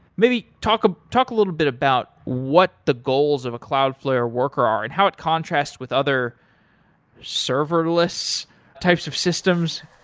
maybe talk ah talk a little bit about what the goals of a cloudflare worker are and how it contrasts with other serverless types of systems?